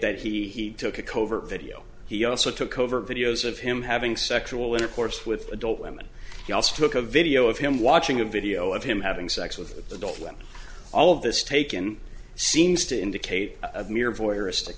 that he took a covert video he also took over videos of him having sexual intercourse with adult women he also took a video of him watching a video of him having sex with adult women all of this taken seems to indicate a mere voyeuristic